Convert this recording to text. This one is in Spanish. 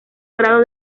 grado